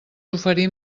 oferir